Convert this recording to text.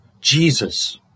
Jesus